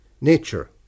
Nature